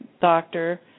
doctor